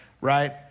Right